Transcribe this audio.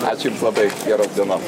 ačiū jums labai geros dienos